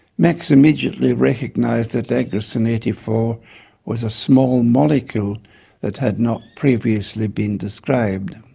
max immediately recognised that agrocin eighty four was a small molecule that had not previously been described.